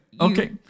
Okay